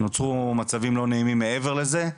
ונוצרו מצבים לא נעימים מעבר לזה.